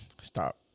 Stop